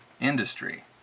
industry